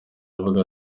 avuga